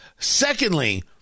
Secondly